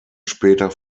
später